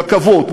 רכבות,